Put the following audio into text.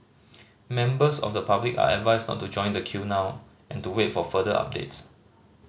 members of the public are advised not to join the queue now and to wait for further updates